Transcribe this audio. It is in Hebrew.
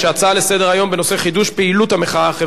ההצעה לכלול את הנושא בסדר-היום של הכנסת נתקבלה.